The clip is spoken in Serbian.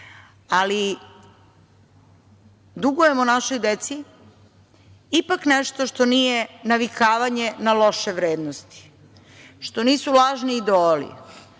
dugujemo našoj deci ipak nešto što nije navikavanje na loše vrednosti, što nisu važni idoli,